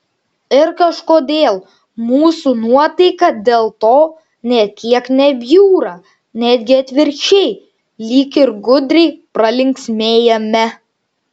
ir kažkodėl mūsų nuotaika dėl to nė kiek nebjūra netgi atvirkščiai lyg ir gudriai pralinksmėjame